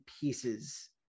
pieces